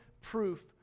proof